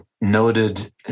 noted